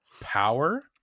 power